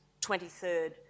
23rd